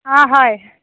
অঁ হয়